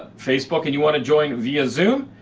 facebook and you wanna join via zoom,